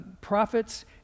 prophets